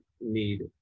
need